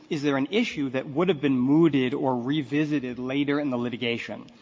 is there an issue that would have been mooted or revisited later in the litigation.